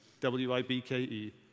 W-I-B-K-E